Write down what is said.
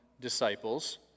disciples